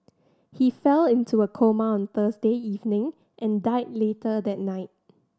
he fell into a coma on Thursday evening and died later that night